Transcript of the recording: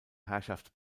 herrschaft